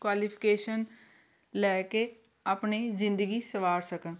qualification ਲੈ ਕੇ ਆਪਣੇ ਜ਼ਿੰਦਗੀ ਸਵਾਰ ਸਕਣ